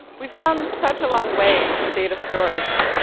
we've come such a long way in data storage.